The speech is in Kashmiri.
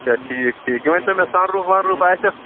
اَچھا ٹھیٖک ٹھیٖک یہِ ؤنۍتَو مےٚ سَن روٗف وَن روٗف آسٮ۪س